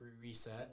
reset